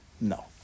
no